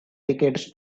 tickets